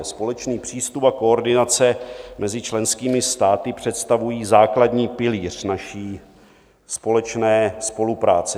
Společný přístup a koordinace mezi členskými státy představují základní pilíř naší společné spolupráce.